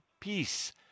peace